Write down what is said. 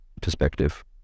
perspective